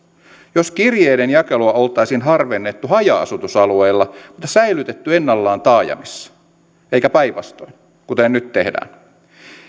jos kirjeiden jakelua oltaisiin harvennettu haja asutusalueilla mutta säilytetty ennallaan taajamissa eikä päinvastoin kuten nyt tehdään